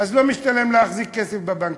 אז לא משתלם להחזיק כסף בבנקים.